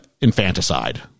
infanticide